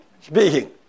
speaking